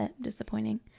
disappointing